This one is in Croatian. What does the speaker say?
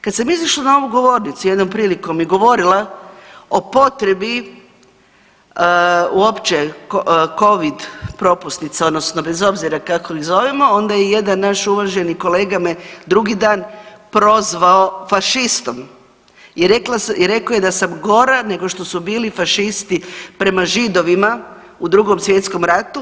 Kad sam izašla na ovu govornicu jednom prilikom i govorila o potrebi uopće covid propusnica odnosno bez obzira kako ih zovemo onda je jedan naš uvaženi kolega me drugi dan prozvao fašistom i rekao je da sam gora nego što su bili fašisti prema Židovima u Drugom svjetskom ratu.